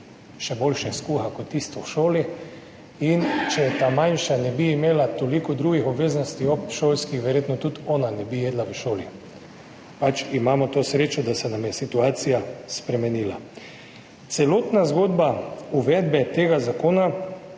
še boljše skuha kot tisto v šoli, in če ta manjša ne bi imela toliko drugih obveznosti, obšolskih, verjetno tudi ona ne bi jedla v šoli. Pač imamo to srečo, da se nam je situacija spremenila. Celotna zgodba uvedbe tega zakona